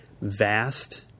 vast